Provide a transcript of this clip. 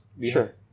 Sure